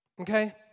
Okay